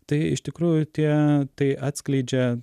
tai iš tikrųjų tie tai atskleidžia